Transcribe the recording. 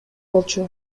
болчу